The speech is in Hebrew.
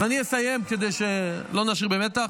אני אסיים כדי לא להישאר במתח.